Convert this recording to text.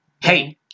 Hey